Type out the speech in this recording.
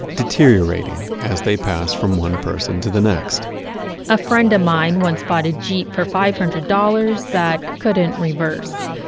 deteriorating as they pass from one person to the next a friend of mine once bought a jeep for five hundred dollars that couldn't reverse.